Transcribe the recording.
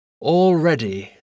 Already